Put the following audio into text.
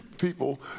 people